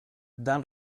dan